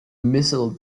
missile